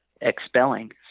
expelling